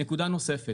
נקודה נוספת.